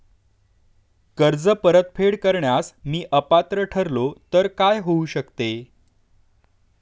कर्ज परतफेड करण्यास मी अपात्र ठरलो तर काय होऊ शकते?